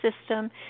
system